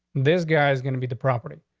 this guy's going to be the property.